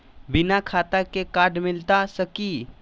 बिना खाता के कार्ड मिलता सकी?